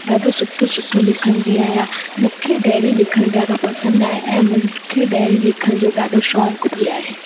ॾाढो सुठो सुठो लिखंदी आहियां मूंखे डेयरी लिखणु ॾाढो पसंदि आहे ऐं मूंखे डेयरी लिखण जो ॾाढो शौक़ु बि आहे